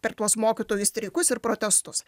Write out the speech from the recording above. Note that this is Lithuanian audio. per tuos mokytojų streikus ir protestus